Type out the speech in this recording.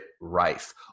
Rife